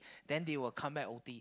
then they will come back o_t